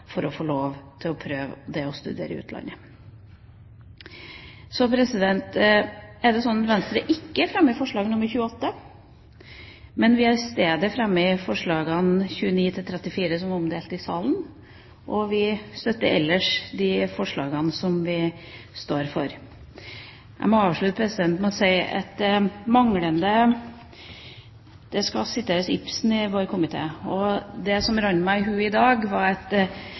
for å få lov til å prøve å studere i utlandet. Så er det sånn at Venstre ikke fremmer forslag nr. 28, men vi fremmer forslagene nr. 29–34, som er omdelt i salen. Vi støtter ellers de forslagene som vi er medforslagsstillere til. Det skal siteres Ibsen i vår komité. Det som rant meg i hu i dag, var at